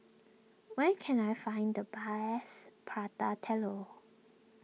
where can I find the best Prata Telur